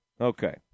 Okay